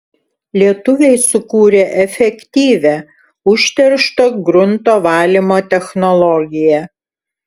lietuviai sukūrė efektyvią užteršto grunto valymo technologiją